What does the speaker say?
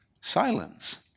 silence